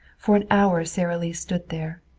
for an hour sara lee stood there.